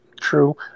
true